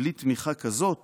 בלי תמיכה כזאת